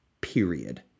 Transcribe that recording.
period